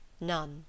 none